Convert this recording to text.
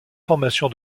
formation